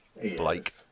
Blake